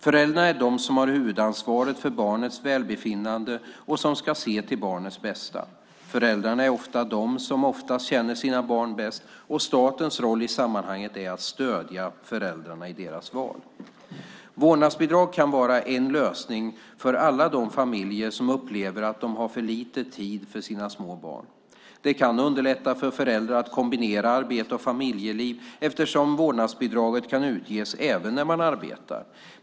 Föräldrarna är de som har huvudansvaret för barnets välbefinnande och som ska se till barnets bästa. Föräldrarna är också de som oftast känner sina barn bäst och statens roll i sammanhanget är att stödja föräldrarna i deras val. Vårdnadsbidrag kan vara en lösning för alla de familjer som upplever att de har för lite tid för sina små barn. Det kan underlätta för föräldrar att kombinera arbete och familjeliv, eftersom vårdnadsbidraget kan utges även när man arbetar.